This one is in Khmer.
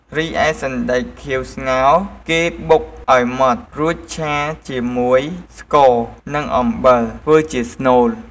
រីឯសណ្ដែកខៀវស្ងោរ គេបុកឱ្យម៉ដ្ឋ រួចឆាជាមួយស្ករ និងអំបិលធ្វើជាស្នូល។